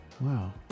wow